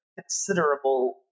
considerable